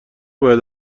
باید